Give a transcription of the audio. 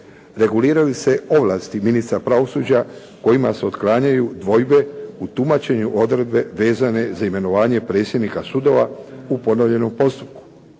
Reguliraju se ovlasti ministra pravosuđa kojima se otklanjaju dvojbe u tumačenju odredbe vezane za imenovanje predsjednika sudova u ponovljenom postupku.